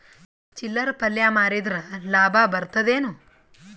ಚಿಲ್ಲರ್ ಪಲ್ಯ ಮಾರಿದ್ರ ಲಾಭ ಬರತದ ಏನು?